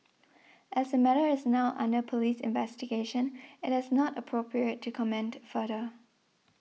as the matter is now under police investigation it is not appropriate to comment further